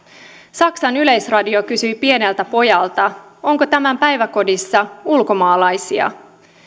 saksan yleisradio kysyi pieneltä pojalta onko tämän päiväkodissa ulkomaalaisia